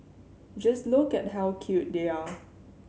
just look at how cute they are